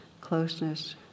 closeness